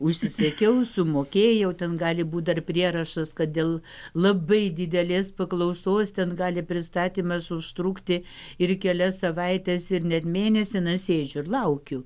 užsisakiau sumokėjau ten gali būt dar prierašas kad dėl labai didelės paklausos ten gali pristatymas užtrukti ir kelias savaites ir net mėnesį na sėdžiu ir laukiu